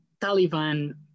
Taliban